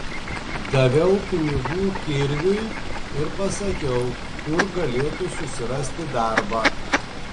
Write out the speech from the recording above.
daviau pinigų kirviui ir pasakiau kur galėtų susirasti darbą